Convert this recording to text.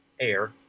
air